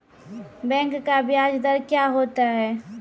Bank का ब्याज दर क्या होता हैं?